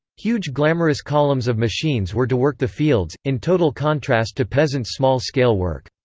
huge glamorous columns of machines were to work the fields, in total contrast to peasant small-scale work.